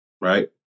Right